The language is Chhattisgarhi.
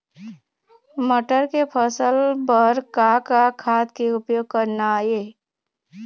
मटर के फसल बर का का खाद के उपयोग करना ये?